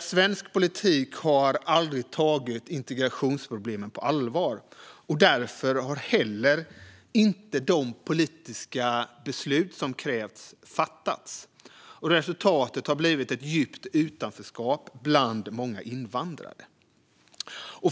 Svensk politik har aldrig tagit integrationsproblemen på allvar. Därför har heller inte de politiska beslut som krävs fattats. Resultatet har blivit ett djupt utanförskap bland många invandrare.